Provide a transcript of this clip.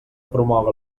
promoga